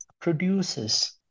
produces